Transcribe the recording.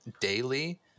daily